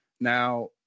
Now